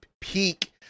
peak